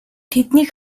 тэднийг